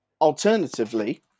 alternatively